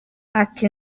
ati